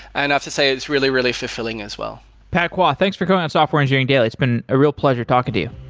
i have and to say, it's really, really fulfilling as well. pat kua, thanks for coming on software engineering daily. it's been a real pleasure talking to you.